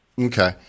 Okay